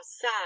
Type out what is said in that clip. sad